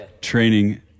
training